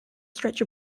stretch